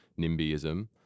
NIMBYism